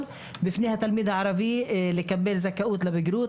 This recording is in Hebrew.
בפני התלמיד הערבי לקבל זכאות לבגרות,